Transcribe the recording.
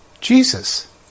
Jesus